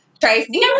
Tracy